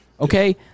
Okay